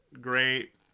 great